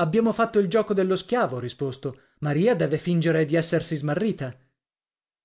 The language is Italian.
abbiamo fatto il gioco dello schiavo ho risposto maria deve fingere di essersi smarrita